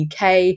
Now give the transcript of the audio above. UK